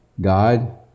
God